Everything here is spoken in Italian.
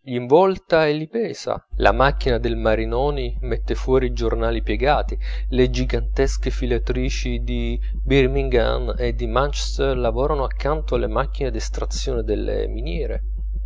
gl'involta e li pesa la macchina del marinoni mette fuori i giornali piegati le gigantesche filatrici di birmingham e di manchester lavorano accanto alle macchine d'estrazione delle miniere